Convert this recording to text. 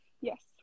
Yes